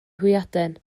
hwyaden